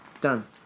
Done